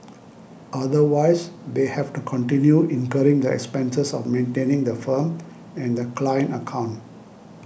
otherwise they have to continue incurring the expenses of maintaining the firm and the client account